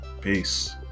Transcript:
Peace